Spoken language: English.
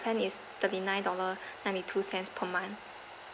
plan is thirty nine dollar ninety two cents per month